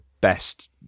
best